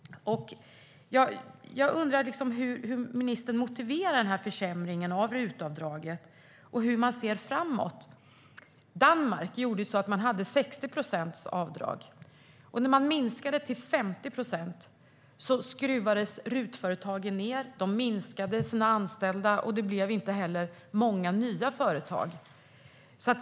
Jag undrar hur ministern motiverar denna försämring av RUT-avdraget och hur regeringen ser framåt. Danmark hade 60 procents avdrag. När man minskade till 50 procent trappade RUT-företagen ned och minskade antalet anställda. Det blev inte heller många nya företag.